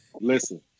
Listen